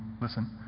listen